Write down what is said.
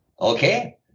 Okay